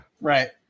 Right